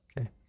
okay